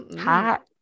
Hot